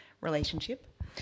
relationship